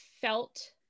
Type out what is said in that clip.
felt